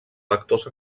factors